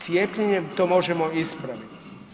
Cijepljenjem to možemo ispraviti.